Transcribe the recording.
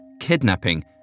kidnapping